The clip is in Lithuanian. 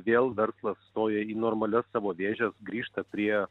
vėl verslas stoja į normalias savo vėžes grįžta prie